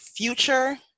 future